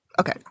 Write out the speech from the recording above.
Okay